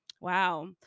Wow